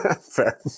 Fair